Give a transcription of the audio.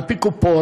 על-פי קופות,